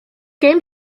game